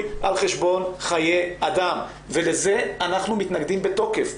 על חשבון חיי אדם ולזה אנחנו מתנגדים בתוקף.